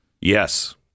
Yes